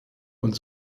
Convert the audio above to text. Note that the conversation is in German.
und